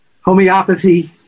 homeopathy